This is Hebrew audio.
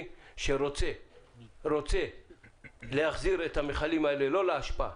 שרוצה להחזיר את המכלים האלה לא לאשפה,